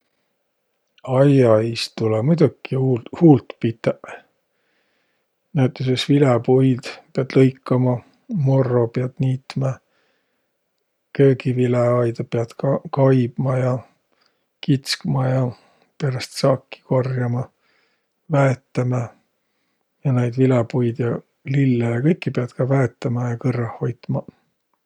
Aia iist tulõ muidoki huult pitäq. Näütüses viläpuid piät lõikama, morro piät niitmä, köögiviläaida piät ka-, kaibma ja kitskma ja peräst saaki korjama, väetämä. Ja naid viläpuid ja lille ja kõiki piät ka väetämä ja kõrrah hoitma.